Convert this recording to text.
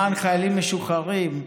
למען חיילים משוחררים,